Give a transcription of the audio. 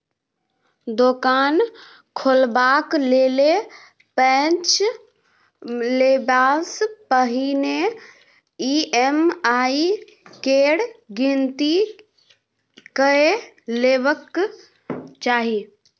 दोकान खोलबाक लेल पैंच लेबासँ पहिने ई.एम.आई केर गिनती कए लेबाक चाही